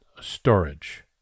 storage